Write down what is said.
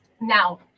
Now